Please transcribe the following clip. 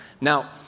Now